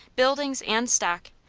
buildings and stock,